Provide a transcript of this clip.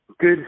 good